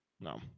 No